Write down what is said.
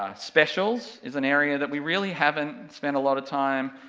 ah specials, is an area that we really haven't spent a lot of time